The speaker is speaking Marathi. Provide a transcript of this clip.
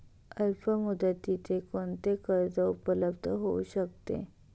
अल्पमुदतीचे कोणते कर्ज उपलब्ध होऊ शकते?